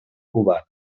cubana